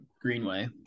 greenway